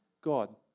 God